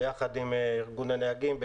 יחד עם ארגון הנהגים,